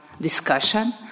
discussion